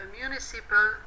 municipal